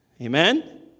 Amen